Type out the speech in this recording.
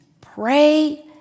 pray